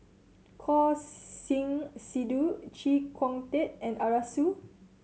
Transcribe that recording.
Choor Singh Sidhu Chee Kong Tet and Arasu